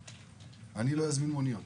אני לא אזמין מוניות.